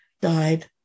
died